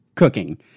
Cooking